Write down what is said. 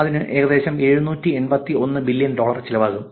അതിന് ഏകദേശം 781 billion dollar ചിലവാകും